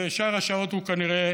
ושאר השעות הוא כנראה